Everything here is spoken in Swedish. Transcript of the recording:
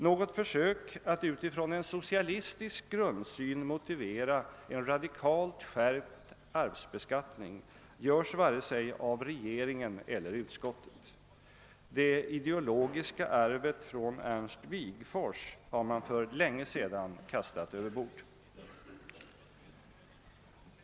Något försök att utifrån en socialistisk grundsyn motivera en radikalt skärpt arvsbeskattning görs varken av regeringen eller utskottet. Det ideologiska arvet från Ernst Wigforss har man för länge sedan kastat över bord.